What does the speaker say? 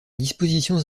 dispositions